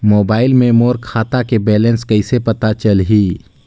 Mobile मे मोर खाता के बैलेंस कइसे पता चलही?